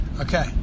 okay